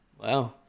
Wow